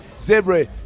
Zebra